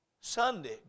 Sunday